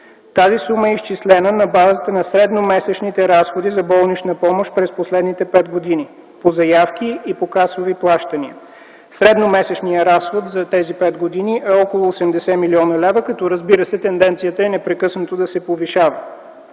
Тази сума е изчислена на базата на средномесечните разходи за болнична помощ през последните пет години – по заявки и по касови плащания. Средномесечният разход за тези пет години е около 80 млн. лв., като, разбира се, тенденцията е непрекъснато да се повишава.